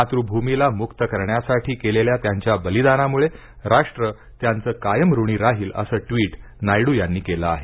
मातृभूमीला मुक्त करण्यासाठी केलेल्या त्यांच्या बलिदानामुळे राष्ट्र त्यांच कायम ऋणी राहील असं ट्विट नायडू याने केलं आहे